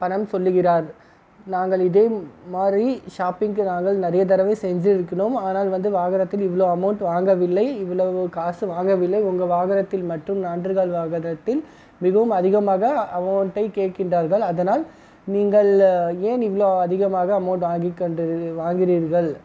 பணம் சொல்கிறார் நாங்கள் இது மாதிரி ஷாப்பிங்குக்கு நாங்கள் நிறைய தடவை செஞ்சுருக்கிறோம் ஆனால் வந்து வாகனத்தில் இவ்வளோ அமௌண்ட் வாங்கவில்லை இவ்வளவு காசு வாங்கவில்லை உங்க வாகனத்தில் மட்டும் நான்கு கால் வாகனத்தில் மிகவும் அதிகமாக அமௌண்ட்டை கேட்கின்றார்கள் அதனால் நீங்கள் ஏன் இவ்வளோ அதிகமாக அமௌண்ட் வாங்கிக்கொண்டு வாங்குகிறீர்கள்